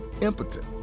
impotent